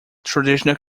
traditional